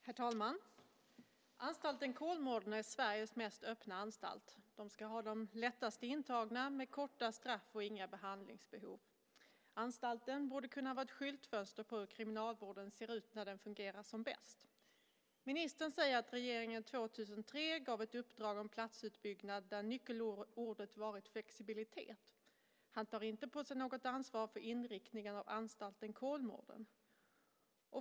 Herr talman! Anstalten Kolmården är Sveriges mest öppna anstalt. Man ska ha de personer som är minst belastade intagna, med korta straff och inga behandlingsbehov. Anstalten borde kunna vara ett skyltfönster i fråga om hur kriminalvården ser ut när den fungerar som bäst. Ministern säger att regeringen 2003 gav ett uppdrag om platsutbyggnad där nyckelordet varit flexibilitet. Han tar inte på sig något ansvar för inriktningen av anstalten Kolmården.